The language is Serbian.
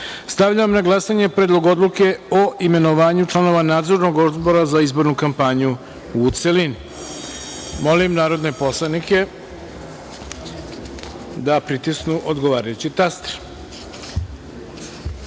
na glasanje Predlog odluke o imenovanju članova Nadzornog odbora za izbornu kampanju, u celini. Molim narodne poslanike da pritisnu odgovarajući